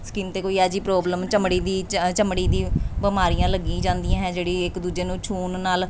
skin 'ਤੇ ਕੋਈ ਇਹੋ ਜਿਹੀ ਪ੍ਰੋਬਲਮ ਚਮੜੀ ਦੀ ਚ ਚਮੜੀ ਦੀ ਬਿਮਾਰੀਆਂ ਲੱਗੀ ਜਾਂਦੀਆਂ ਹੈ ਜਿਹੜੀ ਇੱਕ ਦੂਜੇ ਨੂੰ ਛੂਹਣ ਨਾਲ